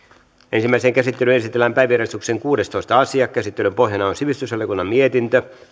ensimmäiseen käsittelyyn esitellään päiväjärjestyksen kuudestoista asia käsittelyn pohjana on sivistysvaliokunnan mietintö